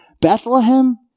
Bethlehem